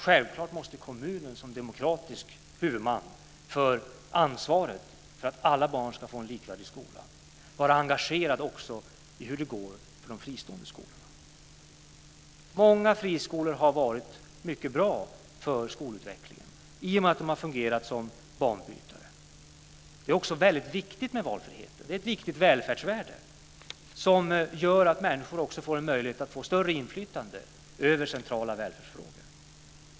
Självklart måste kommunen som demokratisk huvudman ha ansvaret för att alla barn får gå i en likvärdig skola och vara engagerad i hur det går för de fristående skolorna. Många friskolor har varit mycket bra för skolutvecklingen i och med att de har fungerat som banbrytare. Det är också viktigt med valfrihet. Den är ett viktigt välfärdsvärde. Valfrihet ger människor större möjlighet till inflytande över centrala välfärdsfrågor.